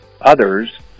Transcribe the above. others